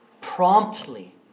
promptly